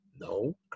no